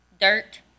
dirt